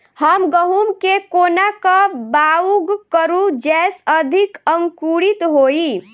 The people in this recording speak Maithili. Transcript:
हम गहूम केँ कोना कऽ बाउग करू जयस अधिक अंकुरित होइ?